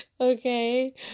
okay